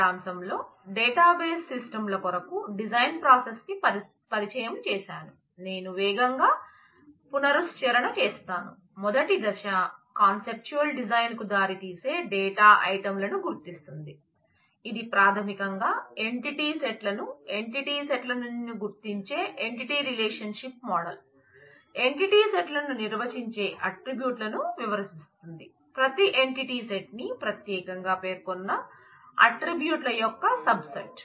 సారాంశంలో database system ల కొరకు డిజైన్ ప్రాసెస్ ని పరిచయం చేశాను నేను వేగంగా పునశ్చరణ చేస్తాను మొదటి దశ కాన్సెప్టువల్ డిజైన్ కు దారితీసే డేటా ఐటమ్ లను గుర్తిస్తుంది ఇది ప్రాథమికంగా ఎంటిటీ సెట్ లను ఎంటిటీ సెట్ లను గుర్తించే entity relationship model entity set లను నిర్వచించే అట్ట్రిబ్యూట్ లను వివరిస్తుంది ప్రతి ఎంటిటీ సెట్ ని ప్రత్యేకంగా పేర్కొనే అట్ట్రిబ్యూట్ ల యొక్క సబ్ సెట్